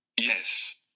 Yes